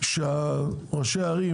ראשי הערים,